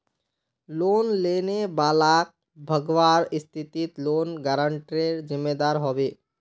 loan लेने वालाक भगवार स्थितित लोन गारंटरेर जिम्मेदार ह बे